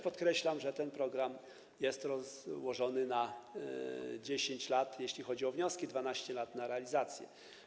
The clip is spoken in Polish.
Podkreślam również, że program jest rozłożony na 10 lat, jeśli chodzi o wnioski, a 12 lat jest na realizację.